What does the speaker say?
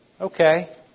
Okay